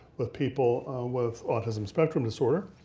with people with autism spectrum disorder.